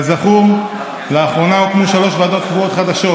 כזכור, לאחרונה הוקמו שלוש ועדות קבועות חדשות,